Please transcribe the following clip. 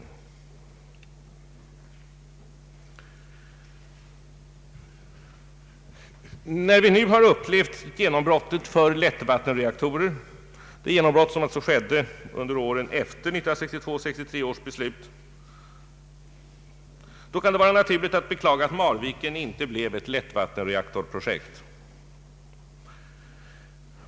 När vi nu har upplevt genombrottet för lättvattenreaktorer, det genombrott som alitså skedde under åren efter 1962 och 1963 års beslut, kan det vara naturligt att beklaga att Marviken inte blev ett lättvattenreaktorprojekt.